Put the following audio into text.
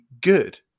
good